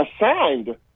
assigned